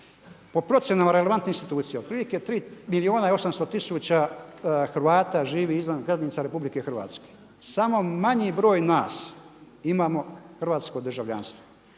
po procjenama relevantnih institucija, otprilike 3800000 Hrvata živi izvan granica RH. Samo manji broj nas imamo hrvatsko državljanstvo.